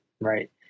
right